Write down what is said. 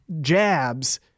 jabs